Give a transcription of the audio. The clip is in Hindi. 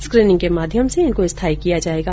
स्क्रिनिंग के माध्यम से इनको स्थाई किया जायेगा